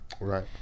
right